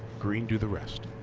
green do the rest.